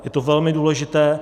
Je to velmi důležité.